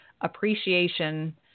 appreciation